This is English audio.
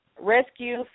Rescue